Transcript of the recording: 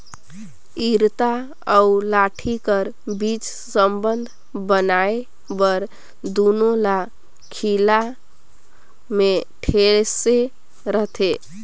इरता अउ लाठी कर बीच संबंध बनाए बर दूनो ल खीला मे ठेसे रहथे